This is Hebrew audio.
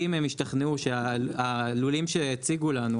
אם הם ישתכנעו שהלולים שהציגו לנו,